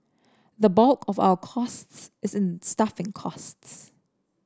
the bulk of our costs is in staffing costs